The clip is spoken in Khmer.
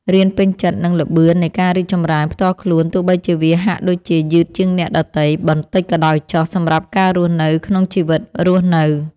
រៀនពេញចិត្តនឹងល្បឿននៃការរីកចម្រើនផ្ទាល់ខ្លួនទោះបីជាវាហាក់ដូចជាយឺតជាងអ្នកដទៃបន្តិចក៏ដោយចុះសម្រាប់ការរស់នៅក្នុងជីវិតរស់នៅ។